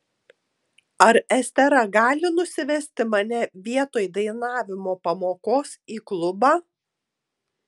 ar estera gali nusivesti mane vietoj dainavimo pamokos į klubą